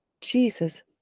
Jesus